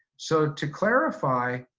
so to clarify,